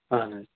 اَہَن حظ